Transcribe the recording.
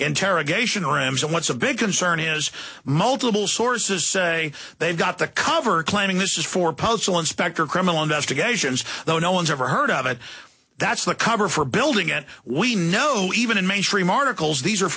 interrogation or m so much of big concern is multiple sources say they've got the cover claiming this is for postal inspector criminal investigations though no one's ever heard of it that's the cover for building and we know even in mainstream articles these are